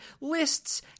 lists